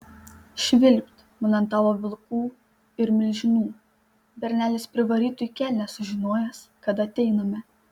švilpt man ant tavo vilkų ir milžinų bernelis privarytų į kelnes sužinojęs kad ateiname